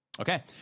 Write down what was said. Okay